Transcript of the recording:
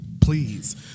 Please